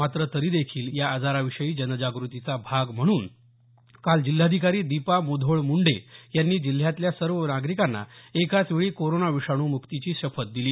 मात्र तरीदेखील या आजाराविषयी जनजागृतीचा भाग म्हणून काल जिल्हाधिकारी दीपा मुधोळ मुंडे यांनी जिल्ह्यातल्या सर्व नागरिकांना एकाचवेळी कोरोना विषाणू मुक्तीची शपथ दिली